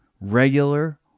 Regular